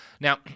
Now